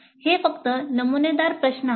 हे फक्त नमुनेदार प्रश्न आहेत